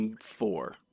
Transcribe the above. four